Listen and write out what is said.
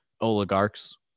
oligarchs